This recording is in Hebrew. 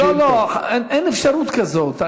לא, לא, אין אפשרות כזאת.